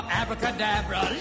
abracadabra